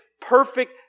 perfect